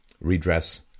redress